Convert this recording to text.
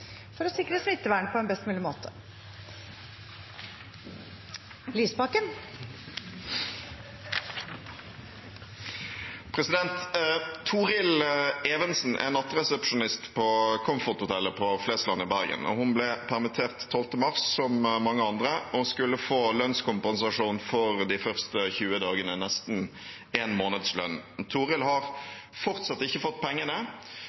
for å sikre smittevernet på en best mulig måte. Torill Evensen er nattresepsjonist ved Comfort-hotellet på Flesland i Bergen. Hun ble permittert 12. mars, som mange andre, og skulle få lønnskompensasjon for de første 20 dagene – nesten en månedslønn. Torill har fortsatt ikke fått pengene,